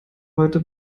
heute